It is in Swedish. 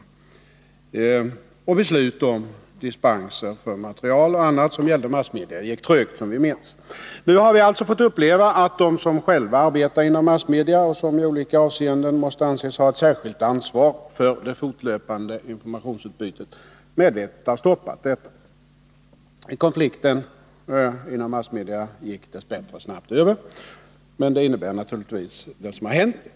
Vi minns också att beslutsfattandet i fråga om dispenser för material och annat som gällde massmedia gick trögt. Nu har vi fått uppleva att de som själva arbetar inom massmedia och som i olika avseenden måste anses ha ett särskilt ansvar för det fortlöpande informationsutbytet medvetet har stoppat detta. Konflikten inom massmedia gick dessbättre snabbt över, men det som hände innebär naturligtvis ett memento.